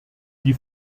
die